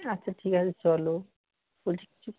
আচ্ছা ঠিক আছে চলো বলছি কিছু